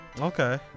okay